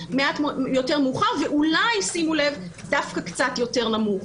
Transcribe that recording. אולי מעט יותר מאוחר ואולי דווקא קצת יותר נמוך.